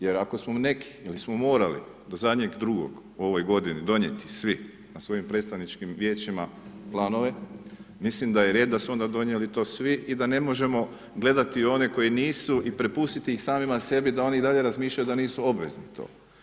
Jer ako… [[Govornik se ne razumije]] neki ili smo morali do zadnjeg drugog ove godine donijeti svi na svojim predstavničkim vijećima planove, mislim da je red da su to donijeli svi i da ne možemo gledati one koji nisu i prepustiti ih samima sebi da oni i dalje razmišljaju da nisu obvezni to.